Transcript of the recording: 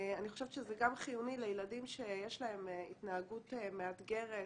אני חושבת שזה גם חיוני לילדים שיש להם התנהגות מאתגרת,